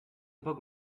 bug